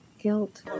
guilt